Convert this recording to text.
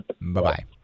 Bye-bye